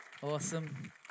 Awesome